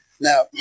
Now